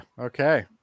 okay